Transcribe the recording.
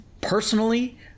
personally